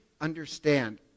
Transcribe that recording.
understand